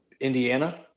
Indiana